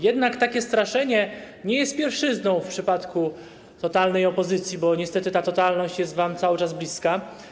Jednak takie straszenie nie jest pierwszyzną w przypadku totalnej opozycji, bo niestety ta totalność jest wam cały czas bliska.